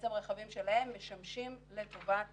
בעצם רכבים שלהם משמשים לטובת